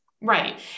Right